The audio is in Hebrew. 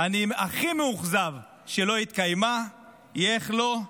אני הכי מאוכזב שלא התקיימה היא, איך לא: